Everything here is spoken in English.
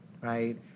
right